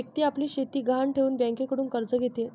व्यक्ती आपली शेती गहाण ठेवून बँकेकडून कर्ज घेते